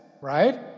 right